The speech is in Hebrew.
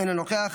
אינה נוכחת,